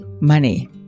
Money